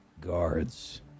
guards